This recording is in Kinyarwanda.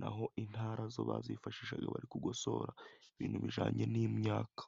naho intara zo bazifashishaga, bari kugosora ibintu bijanye n'imyaka.